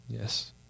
Yes